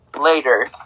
later